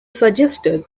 suggested